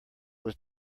was